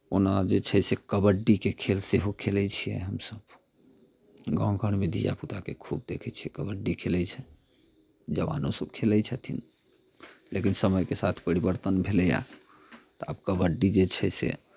ओना जे छै से कबड्डीके खेल सेहो खेलै छियै हमसभ गाम घरमे धियापुताके खूब देखै छियै कबड्डी खेलै छै जवानोसभ खेलै छथिन लेकिन समयके साथ परिवर्तन भेलैए तऽ आब कबड्डी जे छै से